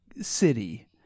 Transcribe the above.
city